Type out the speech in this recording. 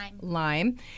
lime